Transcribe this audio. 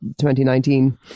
2019